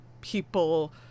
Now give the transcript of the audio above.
people